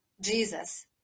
Jesus